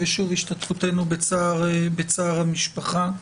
ושוב, השתתפותנו בצער המשפחה.